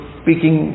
speaking